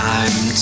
Time